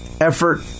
effort